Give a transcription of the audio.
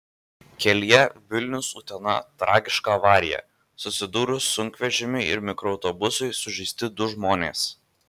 kelyje vilnius utena tragiška avarija susidūrus sunkvežimiui ir mikroautobusui sužeisti du žmonės